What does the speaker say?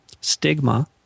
stigma